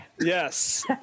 Yes